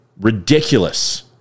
ridiculous